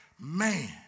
man